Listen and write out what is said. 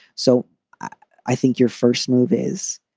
so i think your first move is.